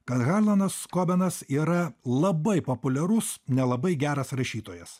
kad harlanas kobenas yra labai populiarus nelabai geras rašytojas